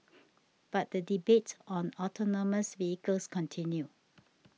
but the debate on autonomous vehicles continue